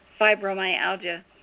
fibromyalgia